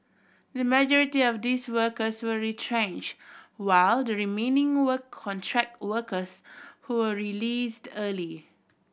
the majority of these workers were retrench while the remaining were contract workers who were released early